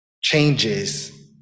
changes